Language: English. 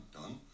done